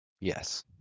yes